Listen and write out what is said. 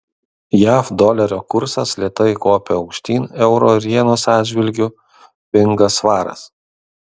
jav dolerio kursas lėtai kopia aukštyn euro ir jenos atžvilgiu pinga svaras